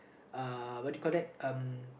uh what do you call that uh